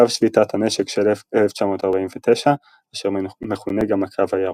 קו שביתת הנשק של 1949, אשר מכונה גם הקו הירוק.